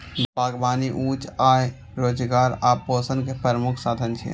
बागबानी उच्च आय, रोजगार आ पोषण के प्रमुख साधन छियै